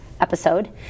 episode